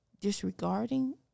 disregarding